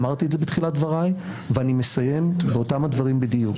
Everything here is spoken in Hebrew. אמרתי את זה בתחילת דבריי ואני מסיים באותם הדברים בדיוק.